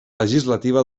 legislativa